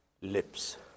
lips